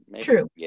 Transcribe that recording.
True